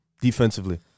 defensively